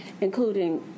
including